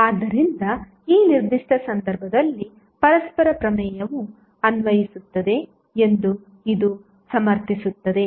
ಆದ್ದರಿಂದ ಈ ನಿರ್ದಿಷ್ಟ ಸಂದರ್ಭದಲ್ಲಿ ಪರಸ್ಪರ ಪ್ರಮೇಯವು ಅನ್ವಯಿಸುತ್ತದೆ ಎಂದು ಇದು ಸಮರ್ಥಿಸುತ್ತದೆ